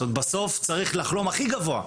זאת אומרת, בסוף צריך לחלום הכי גבוה.